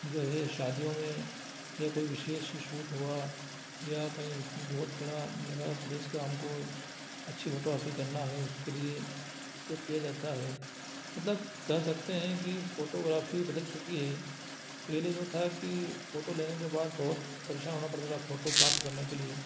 जो है शादियों में या कोई विशेष कोई शूट हुआ या कहीं बहुत बड़ा जगह प्लेस का हमको अच्छी फोटोग्राफी करना है उसके लिए उपयोग किया जाता है मतलब कह सकते हैं कि फोटोग्राफी बदल चुकी है पहले जो था कि फोटो लेने के बाद बहुत पेरशान होना पड़ता था फोटो प्राप्त करने के लिए